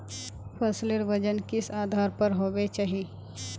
फसलेर वजन किस आधार पर होबे चही?